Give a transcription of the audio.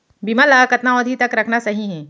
बीमा ल कतना अवधि तक रखना सही हे?